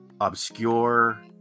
obscure